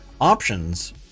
options